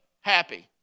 happy